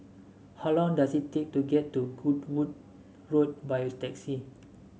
how long does it take to get to Goodwood Road by taxi